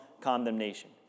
condemnation